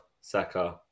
Saka